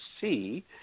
see